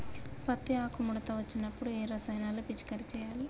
పత్తి ఆకు ముడత వచ్చినప్పుడు ఏ రసాయనాలు పిచికారీ చేయాలి?